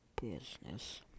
business